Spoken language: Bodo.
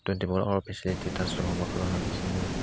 थुइनथिफर आवार फिसिलिटि थ्रान्सफरमारखौ माबा खालामनानै बिसोरो